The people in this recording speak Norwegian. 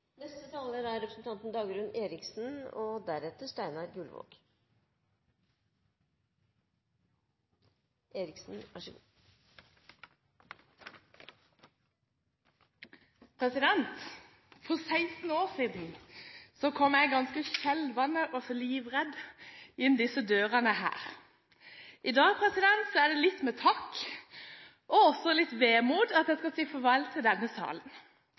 For 16 år siden kom jeg ganske skjelvende og livredd inn dørene her. I dag er det litt med takk og også litt med vemod jeg skal si farvel til denne salen.